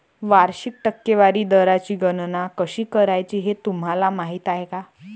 वार्षिक टक्केवारी दराची गणना कशी करायची हे तुम्हाला माहिती आहे का?